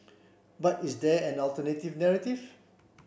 but is there an alternative narrative